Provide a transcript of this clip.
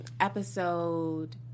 episode